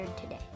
today